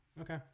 okay